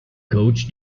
coached